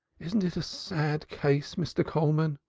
isn't it a sad case, mr. coleman?